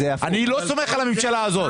אני לא סומך על הממשלה הזאת,